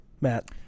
Matt